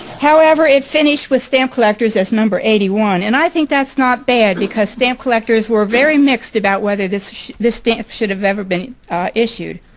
however it finished with stamp collectors as number eighty one. and i think that's not bad because stamp collectors were very mixed about whether this this stamp should have ever been issued.